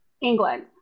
England